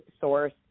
source